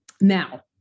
now